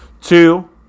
Two